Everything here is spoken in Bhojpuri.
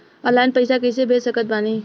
ऑनलाइन पैसा कैसे भेज सकत बानी?